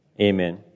Amen